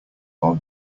are